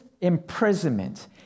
imprisonment